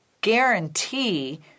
guarantee